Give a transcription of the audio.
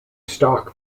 stock